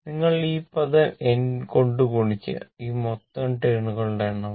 നിങ്ങൾ ഈ പദം N കൊണ്ട് ഗുണിക്കുക ഇത് മൊത്തം ടേണുകളുടെ എണ്ണമാണ്